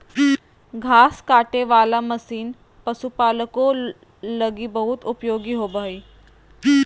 घास काटे वाला मशीन पशुपालको लगी बहुत उपयोगी होबो हइ